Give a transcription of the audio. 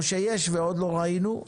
או שיש ואנחנו עוד לא ראינו.